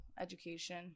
education